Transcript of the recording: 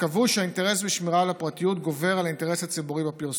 וקבעו שהאינטרס של שמירה על הפרטיות גובר על האינטרס הציבורי בפרסום.